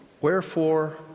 Wherefore